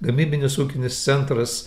gamybinis ūkinis centras